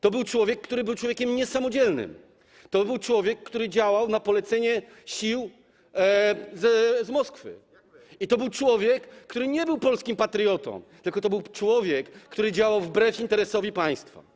To był człowiek, który był niesamodzielnym, to był człowiek, który działał na polecenie sił z Moskwy, i to był człowiek, który nie był polskim patriotą, tylko to był człowiek, który działał wbrew interesowi państwa.